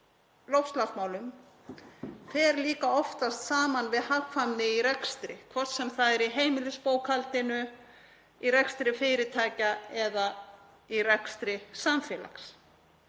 loftslagsmálum fer líka oftast saman við hagkvæmni í rekstri, hvort sem það er í heimilisbókhaldinu, í rekstri fyrirtækja eða í rekstri samfélags.